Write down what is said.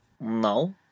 No